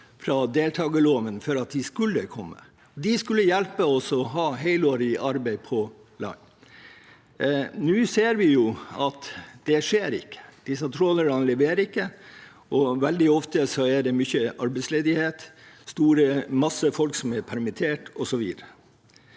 fra deltakerloven for at de skulle komme. De skulle hjelpe oss med å ha helårig arbeid på land. Nå ser vi at det ikke skjer. Disse trålerne leverer ikke, og veldig ofte er det mye arbeidsledighet, mange folk som er permittert, osv.